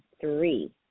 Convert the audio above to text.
three